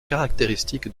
caractéristiques